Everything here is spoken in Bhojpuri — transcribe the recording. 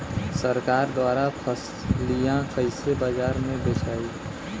सरकार द्वारा फसलिया कईसे बाजार में बेचाई?